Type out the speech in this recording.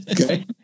Okay